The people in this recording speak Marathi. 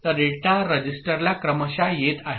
तर डेटा रजिस्टरला क्रमशः येत आहे